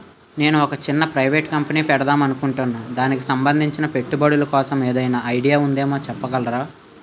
నేను ఒక చిన్న ప్రైవేట్ కంపెనీ పెడదాం అనుకుంటున్నా దానికి సంబందించిన పెట్టుబడులు కోసం ఏదైనా ఐడియా ఉందేమో చెప్పగలరా?